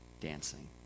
dancing